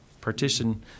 partition